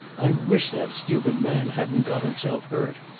i wish that stupid man hadn't got himself hurt.